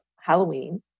Halloween